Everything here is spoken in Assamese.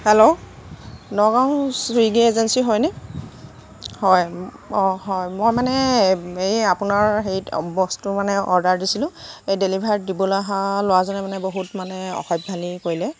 হেল্ল' নগাঁও ছুইগী এজেন্সী হয়নে হয় অঁ হয় মই মানে এই আপোনাৰ হেৰিত বস্তু মানে অৰ্ডাৰ দিছিলোঁ ডেলিভাৰী দিবলৈ অহা ল'ৰাজনে মানে বহুত মানে অসভ্যালি কৰিলে